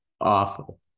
awful